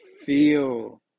feel